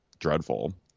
dreadful